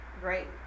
great